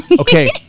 Okay